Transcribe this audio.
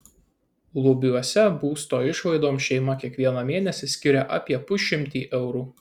lubiuose būsto išlaidoms šeima kiekvieną mėnesį skiria apie pusšimtį eurų